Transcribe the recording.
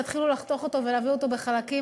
תתחילו לחתוך אותו ולהביא אותו בחלקים,